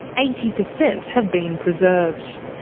eighty percent have been preserved.